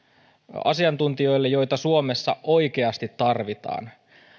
asiantuntijoille joita suomessa oikeasti tarvitaan